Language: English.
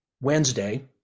Wednesday